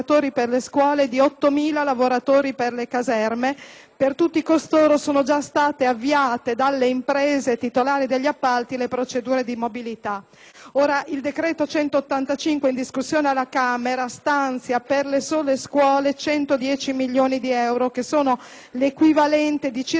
Per tutti costoro sono già state avviate dalle imprese titolari degli appalti le procedure di mobilità. Il decreto-legge n. 185 all'esame della Camera dei deputati stanzia per le sole scuole 110 milioni di euro, che sono l'equivalente di circa un quarto delle risorse necessarie a garantire la prosecuzione